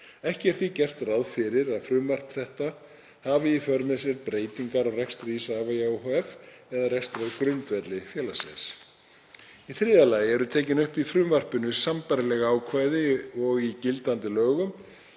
Ekki er því gert ráð fyrir að frumvarp þetta hafi í för með sér breytingar á rekstri Isavia ohf. eða rekstrargrundvelli félagsins. Í þriðja lagi eru tekin upp í frumvarpinu sambærileg ákvæði og í gildandi lögum